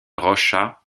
roça